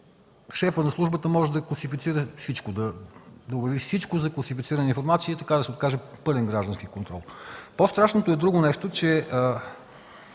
шефът на службата може да квалифицира всичко, да обяви всичко за класифицирана информация и така да се откаже пълен граждански контрол. По-страшното е друго нещо, че